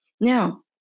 Now